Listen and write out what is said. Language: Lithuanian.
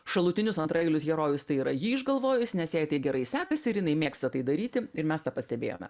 šalutinius antraeilius herojus tai yra ji išgalvojus nes jai tai gerai sekasi ir jinai mėgsta tai daryti ir mes tą pastebėjome